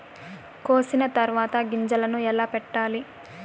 కోసిన తర్వాత గింజలను ఎలా పెట్టాలి